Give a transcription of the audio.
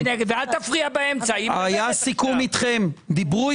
דיברו אתכם.